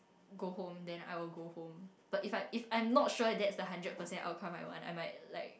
go home then I will go home but if I'm if I'm not sure that's the hundred percent outcome I want I might like